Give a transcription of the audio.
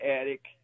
attic